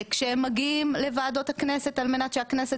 כשהם מגיעים לוועדות הכנסת על מנת שהכנסת